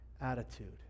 attitude